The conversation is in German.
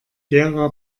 gera